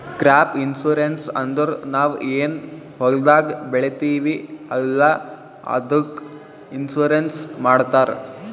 crop insurance ಅಂದುರ್ ನಾವ್ ಏನ್ ಹೊಲ್ದಾಗ್ ಬೆಳಿತೀವಿ ಅಲ್ಲಾ ಅದ್ದುಕ್ ಇನ್ಸೂರೆನ್ಸ್ ಮಾಡ್ತಾರ್